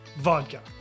vodka